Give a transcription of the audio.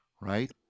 right